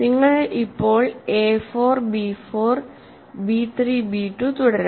നിങ്ങൾക്ക് ഇപ്പോൾ A 4 B 4 B 3 B 2 തുടരാം